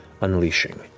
unleashing